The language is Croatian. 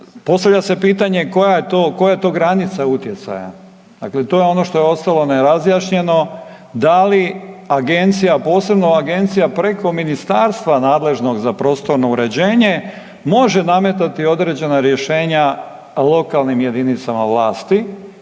postavlja se pitanje koja je to, koja je to granica utjecaja? Dakle, to je ono što je ostalo nerazjašnjeno, da li agencija, posebno agencija preko ministarstva nadležnog za prostorno uređenje može nametati određena rješenja lokalnim jedinicama vlasti